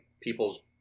people's